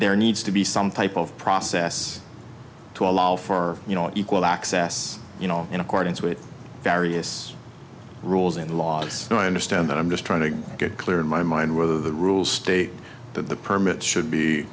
there needs to be some type of process to allow for you know equal access you know in accordance with various rules and laws and i understand that i'm just trying to get clear in my mind whether the rules state that the permit should